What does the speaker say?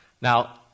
Now